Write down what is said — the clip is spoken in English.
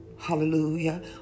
hallelujah